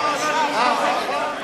ראש הממשלה.